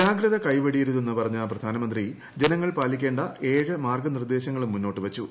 ജാഗ്രത കൈവെടിയരുതെന്ന് പറഞ്ഞ പ്രധാനമന്ത്രി ജനങ്ങൾ പാലിക്കേണ്ട ഏഴ് മാർഗ്ഗ നിർദ്ദേശങ്ങളും മുന്നോട്ട് വെച്ചു